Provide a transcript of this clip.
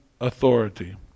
authority